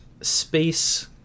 space